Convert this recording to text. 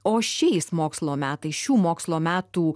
o šiais mokslo metais šių mokslo metų